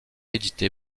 édité